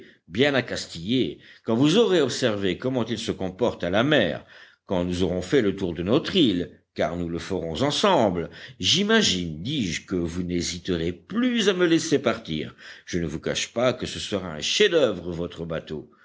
bien accastillé quand vous aurez observé comment il se comporte à la mer quand nous aurons fait le tour de notre île car nous le ferons ensemble j'imagine dis-je que vous n'hésiterez plus à me laisser partir je ne vous cache pas que ce sera un chef-d'oeuvre votre bateau